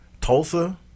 Tulsa